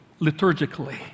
liturgically